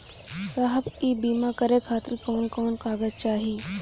साहब इ बीमा करें खातिर कवन कवन कागज चाही?